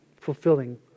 Fulfilling